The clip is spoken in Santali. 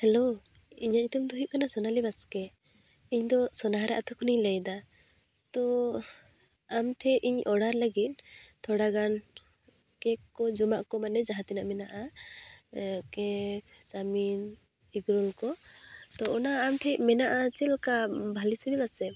ᱦᱮᱞᱳ ᱤᱧᱟᱹᱜ ᱧᱩᱛᱩᱢ ᱫᱚ ᱦᱩᱭᱩᱜ ᱠᱟᱱᱟ ᱥᱳᱱᱟᱞᱤ ᱵᱟᱥᱠᱮ ᱤᱧᱫᱚ ᱥᱳᱱᱟᱦᱟᱨᱟ ᱟᱛᱳ ᱠᱷᱚᱱᱤᱧ ᱞᱟᱹᱭᱫᱟ ᱛᱚ ᱟᱢᱴᱷᱮᱡ ᱤᱧ ᱚᱰᱟᱨ ᱞᱟᱹᱜᱤᱫ ᱛᱷᱚᱲᱟᱜᱟᱱ ᱠᱮᱠ ᱠᱚ ᱡᱚᱢᱟᱜᱠᱚ ᱢᱟᱱᱮ ᱡᱟᱦᱟᱸ ᱛᱤᱱᱟᱹᱜ ᱢᱮᱱᱟᱜᱼᱟ ᱠᱮᱠ ᱪᱟᱣᱢᱤᱱ ᱮᱜᱽᱨᱳᱞ ᱠᱚ ᱛᱚ ᱚᱱᱟ ᱟᱢᱴᱷᱮᱡ ᱢᱮᱱᱟᱜᱼᱟ ᱪᱮᱞᱮᱠᱟ ᱵᱷᱟᱞᱮ ᱥᱤᱵᱤᱞᱟ ᱥᱮ